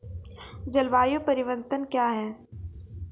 जलवायु परिवर्तन कया हैं?